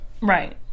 right